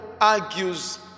argues